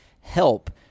help